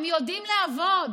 הם יודעים לעבוד.